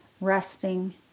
resting